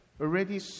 already